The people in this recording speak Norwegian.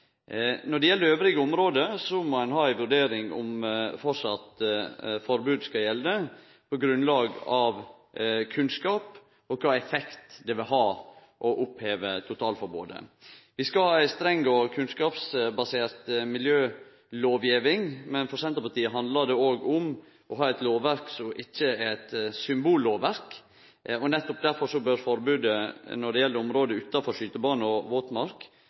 Når det gjeld andre område, må ein ha ei vurdering av om forbod framleis skal gjelde på grunnlag av kunnskap, og kva for effekt det vil ha å oppheve totalforbodet. Vi skal ha ei streng og kunnskapsbasert miljølovgiving, men for Senterpartiet handlar det òg om å ha eit lovverk som ikkje er eit symbollovverk. Nettopp derfor bør forbodet når det gjeld område utanfor skytebane og våtmark,